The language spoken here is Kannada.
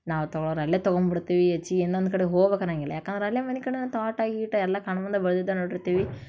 ನಾವು ತಗೊಳೋರು ಅಲ್ಲೇ ತಗೊಂಬಿಡ್ತೀವಿ ಚೀ ಇನ್ನೊಂದು ಕಡೆ ಹೋಗ್ಬೇಕು ಅನ್ನೊಂಗಿಲ್ಲ ಯಾಕಂದ್ರೆ ಅಲ್ಲೇ ಮನಿಕಂಡನ್ ತೋಟ ಗೀಟ ಎಲ್ಲ ಕಣ್ಣಮುಂದೆ ಬೆಳೆದಿದ್ದೇ ನೋಡಿರ್ತೀವಿ